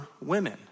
women